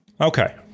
Okay